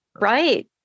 Right